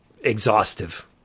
exhaustive